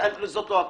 זו לא הכוונה.